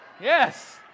Yes